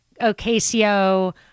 Ocasio